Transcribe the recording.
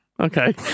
Okay